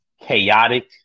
chaotic